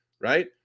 right